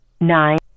nine